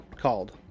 Called